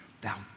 thou